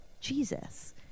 Jesus